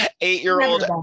Eight-year-old